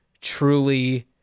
truly